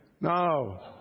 No